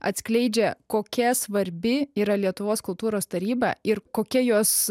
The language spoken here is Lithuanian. atskleidžia kokia svarbi yra lietuvos kultūros taryba ir kokia jos